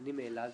אני מאלעד,